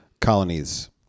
colonies